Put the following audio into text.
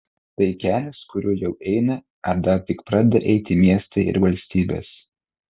tai kelias kuriuo jau eina ar dar tik pradeda eiti miestai ir valstybės